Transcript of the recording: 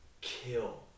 kill